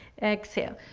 exhale,